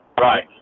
Right